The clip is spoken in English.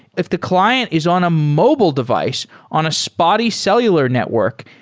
if the client is on a mobile device on a spotty cellular network,